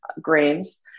grains